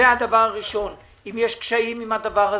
אם יש קשיים עם הדבר הזה,